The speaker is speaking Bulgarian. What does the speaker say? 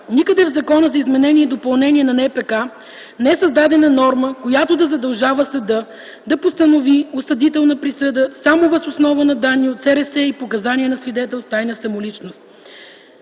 Никъде в Закона за изменение и допълнение на НПК не е създадена норма, която да задължава съда да постанови осъдителна присъда само въз основа на данни от СРС и показания на свидетел с тайна самоличност.